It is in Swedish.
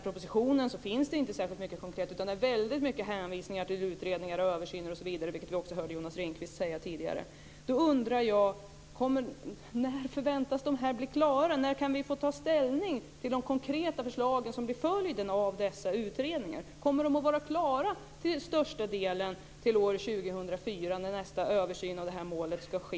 Propositionen innehåller inte så mycket konkret, utan det är väldigt många hänvisningar till utredningar och översyner, vilket också Jonas Ringqvist sade tidigare. Då undrar jag: När förväntas dessa utredningar att bli klara? När kan vi få ta ställning till de konkreta förslag som blir följden av alla utredningar? Kommer de att bli klara till år 2004 när nästa översyn av det här målet ska ske?